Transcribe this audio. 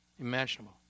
imaginable